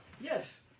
Yes